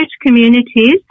communities